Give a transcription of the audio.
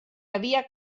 havia